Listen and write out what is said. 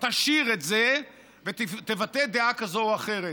תשיר את זה ותבטא דעה כזו או אחרת.